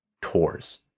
tours